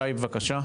שי בבקשה.